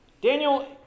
Daniel